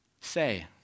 say